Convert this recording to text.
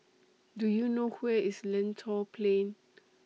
Do YOU know Where IS Lentor Plain